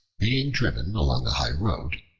being driven along a high road,